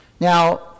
Now